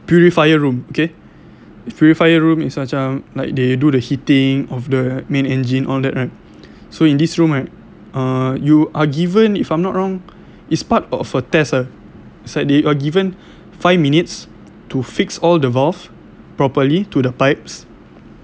uh purifier room okay purifier room is macam like they do the heating of the main engine all that right so in this room right err you are given if I'm not wrong is part of a test ah it's like they are given five minutes to fix all the valve properly to the pipes